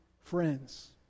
friends